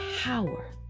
power